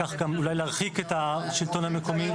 ובכך אולי להרחיק את השלטון המקומי.